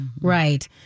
Right